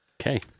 Okay